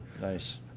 Nice